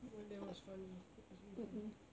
but that was funny it was funny